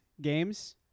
games